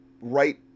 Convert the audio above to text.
right